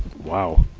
wow.